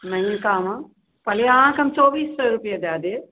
महीनकामे पलिआ अहाँकेँ चौबीस सए रुपैये दऽ देब